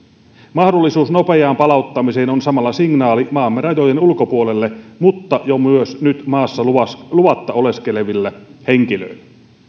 mahdollisuus nopeaan palauttamiseen on samalla signaali maamme rajojen ulkopuolelle mutta myös jo nyt maassa luvatta luvatta oleskeleville henkilöille